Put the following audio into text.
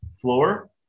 floor